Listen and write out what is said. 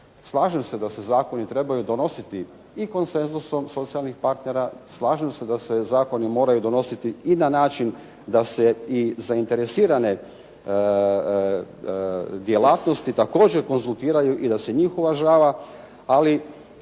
Slažem se da se zakoni trebaju donositi i konsenzusom socijalnih partnera, slažem se da se zakoni moraju donositi i na način da se zainteresirane djelatnosti također konzultiraju i da se njih uvažava, ali